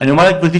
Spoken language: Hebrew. אני אומר לגברתי,